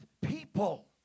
people